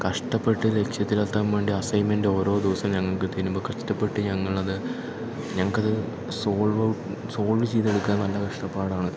കഷ്ടപ്പെട്ട് ലക്ഷ്യത്തിലെത്താൻ വേണ്ടി അസൈൻമെൻ്റ് ഓരോ ദിവസം ഞങ്ങൾക്ക് തരുമ്പോൾ കഷ്ടപ്പെട്ട് ഞങ്ങളത് ഞങ്ങൾക്കത് സോൾവ് സോൾവ് ചെയ്തെടുക്കാൻ നല്ല കഷ്ടപ്പാടാണ്